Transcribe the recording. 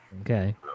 Okay